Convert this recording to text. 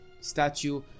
statue